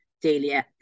daily